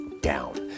down